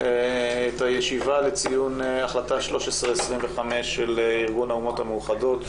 את הישיבה לציון החלטה 1325 של ארגון האומות המאוחדות.